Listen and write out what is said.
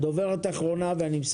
בבקשה.